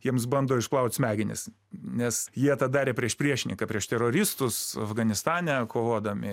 jiems bando išplaut smegenis nes jie tą darė prieš priešininką prieš teroristus afganistane kovodami